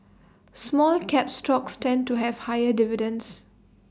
small cap stocks tend to have higher dividends